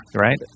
right